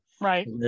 right